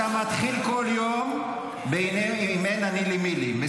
יש חובת השתדלות.